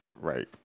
Right